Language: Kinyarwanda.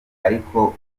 ariko